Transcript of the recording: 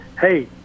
hey